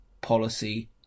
policy